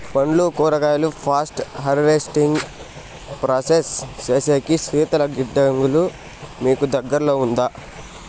పండ్లు కూరగాయలు post harvesting process సేసేకి శీతల గిడ్డంగులు మీకు దగ్గర్లో ఉందా?